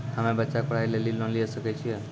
हम्मे बच्चा के पढ़ाई लेली लोन लिये सकय छियै?